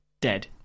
dead